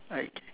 okay